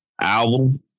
album